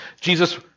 Jesus